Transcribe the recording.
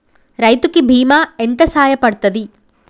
రైతు కి బీమా ఎంత సాయపడ్తది?